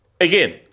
Again